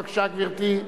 בבקשה, גברתי.